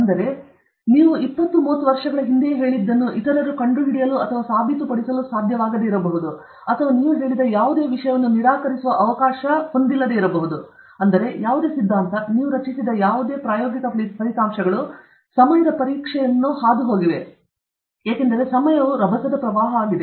ಆದ್ದರಿಂದ ನೀವು 20 30 ವರ್ಷಗಳ ಹಿಂದೆಯೇ ಹೇಳಿದ್ದನ್ನು ಇತರರು ಕಂಡುಹಿಡಿಯಲು ಮತ್ತು ಸಾಬೀತುಪಡಿಸಲು ಅಥವಾ ನೀವು ಹೇಳಿದ ಯಾವುದೇ ವಿಷಯವನ್ನು ನಿರಾಕರಿಸುವ ಅವಕಾಶವಿದೆ ಆದ್ದರಿಂದ ಯಾವುದೇ ಸಿದ್ಧಾಂತ ನೀವು ರಚಿಸಿದ ಯಾವುದೇ ಪ್ರಾಯೋಗಿಕ ಫಲಿತಾಂಶಗಳು ಸಮಯದ ಪರೀಕ್ಷೆಯನ್ನು ಸರಿದೂಗಿಸಿವೆ ಏಕೆಂದರೆ ಸಮಯವು ಹಿಂಸಾತ್ಮಕ ಟೊರೆಂಟ್ ಆಗಿದೆ